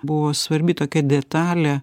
buvo svarbi tokia detalė